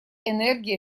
энергия